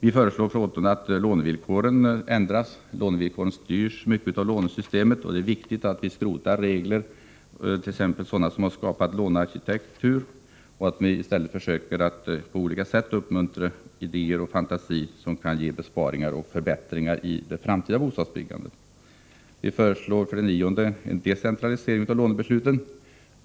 Vi föreslår att lånevillkoren ändras. De styrs mycket av lånesystemet, och det är viktigt att skrota regler, t.ex. sådana som har skapat en ”lånearkitektur”, och i stället försöka på olika sätt uppmuntra idéer och fantasi som kan ge besparingar och förbättringar i det framtida bostadsbyggandet. 9. Vi föreslår en decentralisering av lånebesluten.